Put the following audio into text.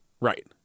Right